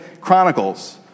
Chronicles